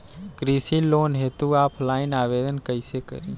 कृषि लोन हेतू ऑफलाइन आवेदन कइसे करि?